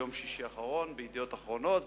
ביום שישי האחרון ב"ידיעות אחרונות",